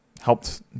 helped